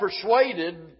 persuaded